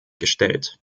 gestellt